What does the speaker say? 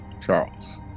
Charles